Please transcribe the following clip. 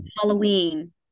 Halloween